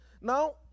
Now